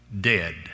dead